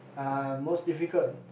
uh most difficult